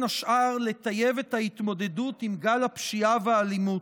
השאר לטייב את ההתמודדות עם גל הפשיעה והאלימות.